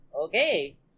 okay